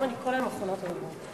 שלוש דקות.